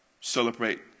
celebrate